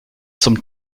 zum